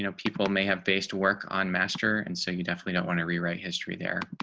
you know people may have based work on master and so you definitely don't want to rewrite history there.